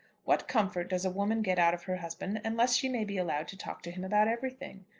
what comfort does a woman get out of her husband unless she may be allowed to talk to him about everything?